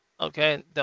okay